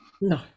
No